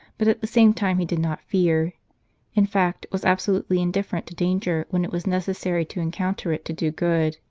but at the same time he did not fear in fact, was absolutely indifferent to danger when it was necessary to encounter it to do good.